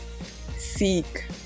seek